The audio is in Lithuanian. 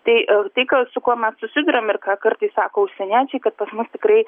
tai tai ką su kuo mes susiduriam ir ką kartais sako užsieniečiai kad pas mus tikrai